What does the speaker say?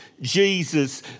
Jesus